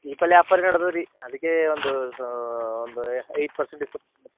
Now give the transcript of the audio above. ದೀಪಲಿ offer ನಡ್ದದ್ ರೀ ಅದಕ್ಕೆ ಒಂದೂ ಸಾ ಒಂದು ಐದು ಪರ್ಸೆಂಟ್ ಡಿಸ್ಕೌಂಟ್